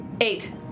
Eight